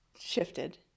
shifted